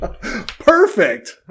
Perfect